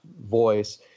voice